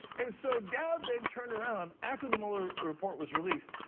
and so dowd then turned around after the mueller report was released.